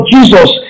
Jesus